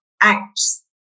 acts